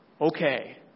okay